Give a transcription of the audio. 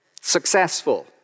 successful